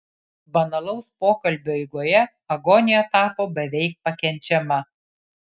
banalaus pokalbio eigoje agonija tapo beveik pakenčiama